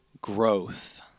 growth